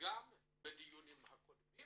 גם בדיונים הקודמים